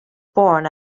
born